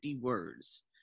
words